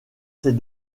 ses